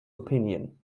opinion